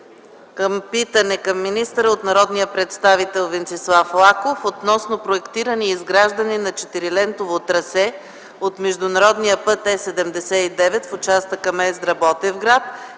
към питане към министъра от народния представител Венцислав Лаков относно проектиране и изграждане на четирилентово трасе от международния път Е-79 в участъка Мездра-Ботевград